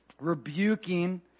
rebuking